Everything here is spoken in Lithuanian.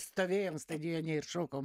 stovėjom stadione ir šokom